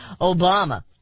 Obama